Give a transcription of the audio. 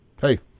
Hey